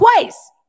twice